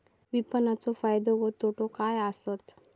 विपणाचो फायदो व तोटो काय आसत?